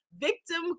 Victim